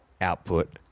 output